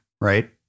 right